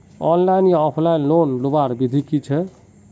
Online या offline loan लुबार विधि की छे?